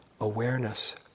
awareness